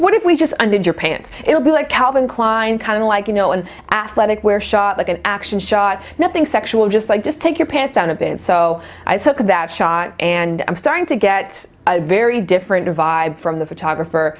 what if we just did your pants it will be like calvin klein kind of like you know an athletic wear shot like an action shot nothing sexual just like just take your pants down a bit so i took that shot and i'm starting to get a very different vibe from the photographer